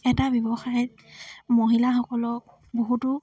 এটা ব্যৱসায়ত মহিলাসকলক বহুতো